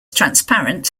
transparent